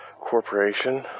corporation